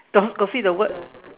got got see the word